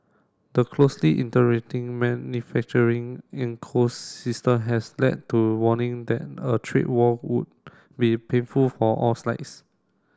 the closely manufacturing ecosystem has led to warning that a trade war would be painful for all sides